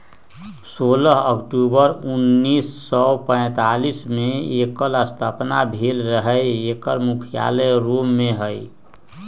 सोलह अक्टूबर उनइस सौ पैतालीस में एकर स्थापना भेल रहै एकर मुख्यालय रोम में हइ